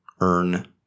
earn